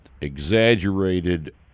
exaggerated